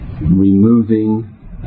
removing